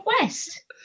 west